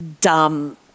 dumb